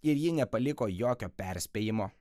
ir ji nepaliko jokio perspėjimo